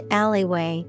alleyway